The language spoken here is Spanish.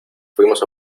fuimos